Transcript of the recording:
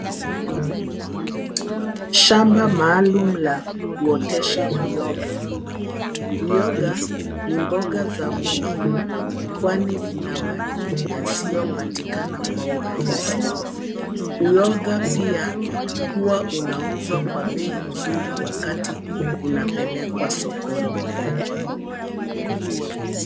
Shamba maalum la kuotesha uyoga. Uyoga ni mboga za muhimu kwani zina madini yasiyopatikana kwa urahisi. Uyoga pia huwa unauzwa kwa bei nzuri wakati unapelekwa sokoni.